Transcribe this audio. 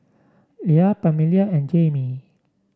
Leia Pamelia and Jamey